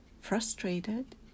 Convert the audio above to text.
frustrated